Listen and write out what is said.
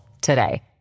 today